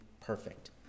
perfect